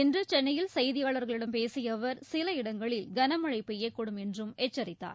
இன்று சென்னையில் செய்தியாளர்களிடம் பேசிய அவர் சில இடங்களில் கனமழை பெய்யக்கூடும் என்றும் எச்சரித்தார்